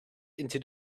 into